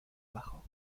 bajo